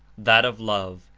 that of love,